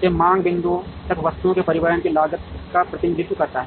से मांग बिंदुओं तक वस्तुओं के परिवहन की लागत का प्रतिनिधित्व करता है